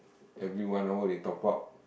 every one hour they top up